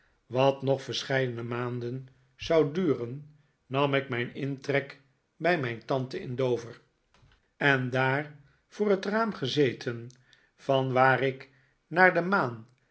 wat nog verscheidene maanden zou duren ham ik mijn intrek bij mijn tante in dover en daar voor het raam gezeten vanwaar ik naar de maan